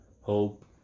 hope